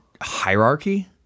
hierarchy